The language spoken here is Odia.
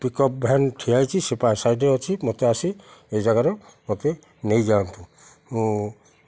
ପିକ୍ ଅପ୍ ଭ୍ୟାନ୍ ଠିଆ ହେଇଛି ସେ ସାଇଡ଼୍ରେ ଅଛି ମୋତେ ଆସି ଏ ଜାଗାରେ ମୋତେ ନେଇ ଯାଆନ୍ତୁ